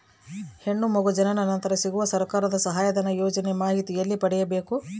ಹೆಣ್ಣು ಮಗು ಜನನ ನಂತರ ಸಿಗುವ ಸರ್ಕಾರದ ಸಹಾಯಧನ ಯೋಜನೆ ಮಾಹಿತಿ ಎಲ್ಲಿ ಪಡೆಯಬೇಕು?